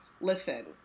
Listen